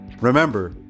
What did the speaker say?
Remember